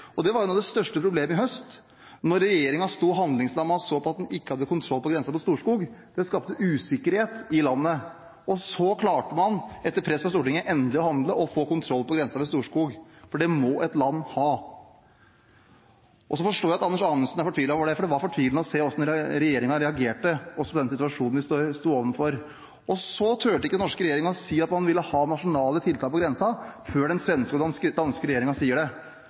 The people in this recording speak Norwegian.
Det var det største problemet i høst, da regjeringen sto handlingslammet og så på at den ikke hadde kontroll på grensen ved Storskog. Det skapte usikkerhet i landet, og så klarte man – etter press fra Stortinget – endelig å handle og få kontroll på grensen der, for det må et land ha. Så forstår jeg at Anders Anundsen er fortvilet over det, for det var fortvilende å se hvordan regjeringen reagerte også på den situasjonen vi sto overfor. Den norske regjeringen turte ikke å si at man ville ha nasjonale tiltak på grensen før den svenske og danske regjeringen sa det,